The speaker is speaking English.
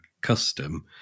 custom